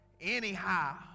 anyhow